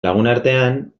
lagunartean